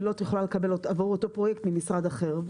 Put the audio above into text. היא לא תוכל לקבל עבור אותו פרויקט ממשרד אחר.